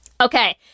Okay